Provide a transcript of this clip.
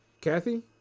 Kathy